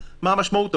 מה המשמעות.